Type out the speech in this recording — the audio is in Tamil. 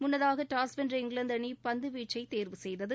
முன்னதாக டாஸ் வென்ற இங்கிலாந்து அணி பந்து வீசை தேர்வு செய்தது